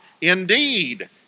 Indeed